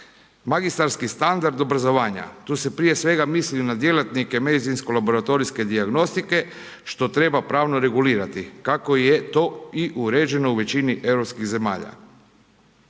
magistarski standard obrazovanja. Tu se prije svega misli na djelatnike medicinsko laboratorijske dijagnostike što treba pravno regulirati kako je to i uređeno u većini europskih zemalja.